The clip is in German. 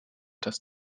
dass